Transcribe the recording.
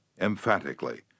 emphatically